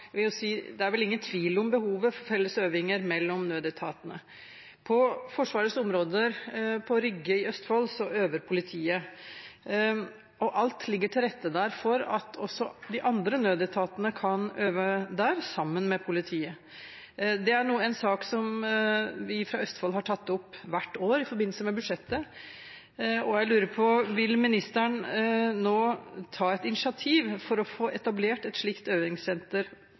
det er vel ingen tvil om behovet for felles øvinger mellom nødetatene. På Forsvarets områder på Rygge i Østfold øver politiet, og alt ligger til rette for at også de andre nødetatene kan øve der sammen med politiet. Det er en sak som vi fra Østfold har tatt opp hvert år i forbindelse med budsjettet, og jeg lurer på: Vil ministeren nå ta et initiativ for å få etablert et slikt øvingssenter